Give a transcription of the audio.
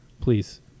please